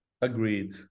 agreed